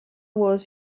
was